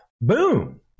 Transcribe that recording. Boom